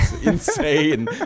insane